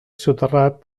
soterrat